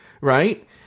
right